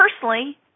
personally –